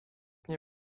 nie